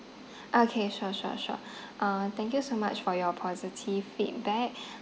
okay sure sure sure uh thank you so much for your positive feedback